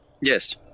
Yes